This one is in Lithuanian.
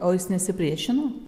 o jis nesipriešino